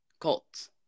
Colts